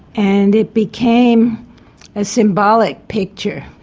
and it became a symbolic picture.